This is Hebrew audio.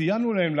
סייענו להם,